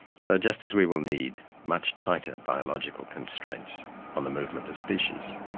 so, just as we will need much tighter biological constraints on the movement of species,